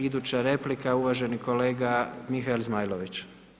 Iduća replika je uvaženi kolega Mihael Zmajlović.